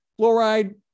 Fluoride